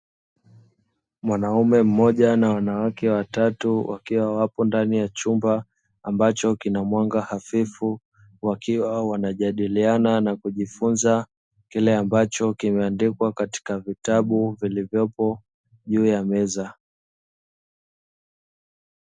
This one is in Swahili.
Mwanaume mmoja na wanawake watatu wakiwa wapo ndani ya chumba ambacho kina mwanga hafifu wakiwa wanajadiliana na kujifunza kile ambacho kimeandikwa katika vitabu vilivyopo juu ya meza.